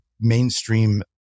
mainstream